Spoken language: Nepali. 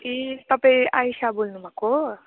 ए तपाईँ आइसा बोल्नु भएको हो